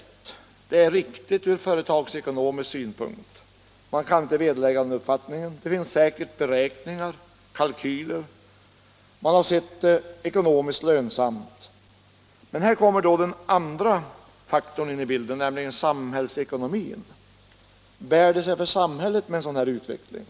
Att åtgärden är riktig från företagsekonomisk synpunkt kan inte vederläggas. Det finns säkerligen beräkningar och kalkyler som visar att den är ekonomiskt lönsam. Men här kommer då den andra faktorn in i bilden, nämligen samhällsekonomin. Bär det sig för samhället med en sådan här utveckling?